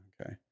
Okay